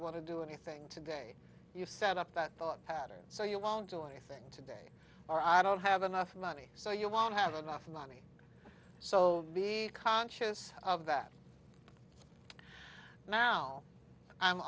want to do anything today you set up that thought pattern so you won't do anything today or i don't have enough money so you won't have enough money so be conscious of that now i'm